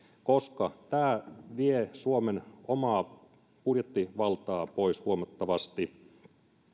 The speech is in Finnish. koska tämä vie suomen omaa budjettivaltaa pois huomattavasti